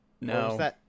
No